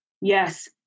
Yes